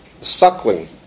suckling